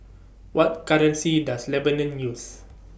What currency Does Lebanon use